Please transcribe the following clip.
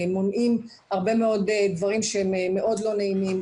מונעים הרבה מאוד דברים שהם מאוד לא נעימים,